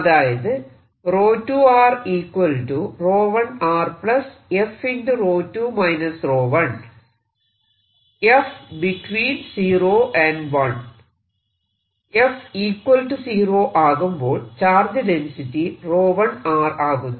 അതായത് f 0 ആകുമ്പോൾ charge density 𝜌1 ആകുന്നു